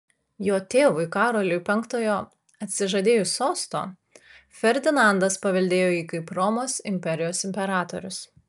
jo tėvui karoliui penktojo atsižadėjus sosto ferdinandas paveldėjo jį kaip romos imperijos imperatorius